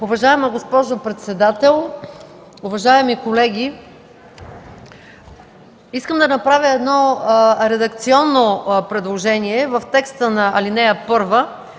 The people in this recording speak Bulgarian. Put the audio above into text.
Уважаема госпожо председател, уважаеми колеги! Искам да направя редакционно предложение в текста на ал.